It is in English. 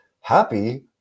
happy